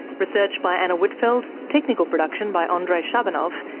research by anna whitfeld, technical production by andrei shabunov,